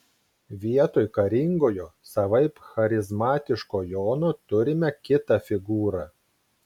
vietoj karingojo savaip charizmatiško jono turime kitą figūrą